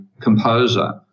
composer